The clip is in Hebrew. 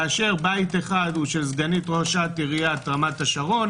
כאשר בית אחד הוא של סגנית ראשת עירית רמת השרון,